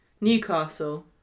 Newcastle